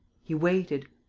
he waited.